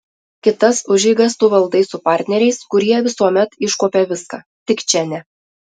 kitas užeigas tu valdai su partneriais kurie visuomet iškuopia viską tik čia ne